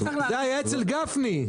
אצל גפני,